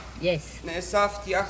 Yes